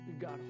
God